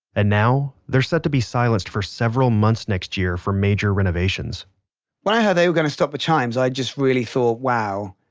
and now they're set to be silenced for several months next year for major renovations when i heard they were going to stop the chimes i just really thought wow,